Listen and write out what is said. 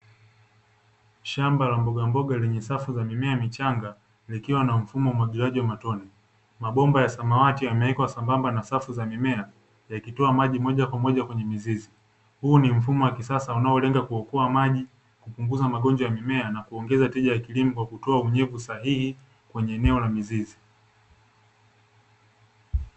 Shamba la mbogamboga lenye safu ya mimea michanga likiwa na mfumo wa umwagiliaji wa matone. Mabomba ya samawati yamewekwa sambamba na safu za mimea, yakitoa maji moja kwa moja kwenye mizizi. Huu ni mfumo wa kisasa unaolenga kuokoa maji, kupunguza magonjwa ya mimea na kuongeza tija ya kilimo kwa kutoa unyevu sahihi kwenye eneo la mizizi.